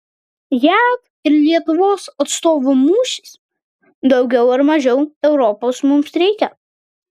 jav ir lietuvos atstovų mūšis daugiau ar mažiau europos mums reikia